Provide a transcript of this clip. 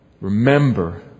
Remember